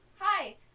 Hi